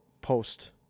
post